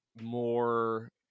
more